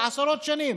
של עשרות שנים.